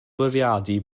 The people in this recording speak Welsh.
bwriadu